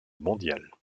mondiale